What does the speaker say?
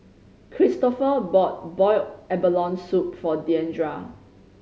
Kristofer bought boiled abalone soup for Deandra